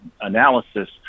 analysis